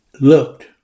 looked